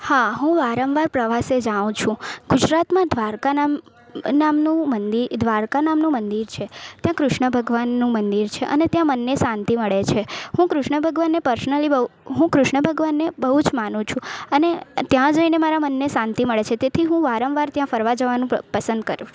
હા હું વારંવાર પ્રવાસે જાઉં છું ગુજરાતમાં દ્વારકા નામનું મંદિર દ્વારકા નામનું મંદિર છે ત્યાં કૃષ્ણ ભગવાનનું મંદિર છે અને ત્યાં મનને શાંતિ મળે છે હું કૃષ્ણ ભગવાનને પર્સનલી કૃષ્ણ ભગવાનને બહુ જ માનું છું અને ત્યાં જઈને મારા મનને શાંતિ મળે છે તેથી હું ત્યાં વારંવાર ફરવા જવાનું પસંદ કરું છું